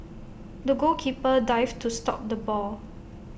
the goalkeeper dived to stop the ball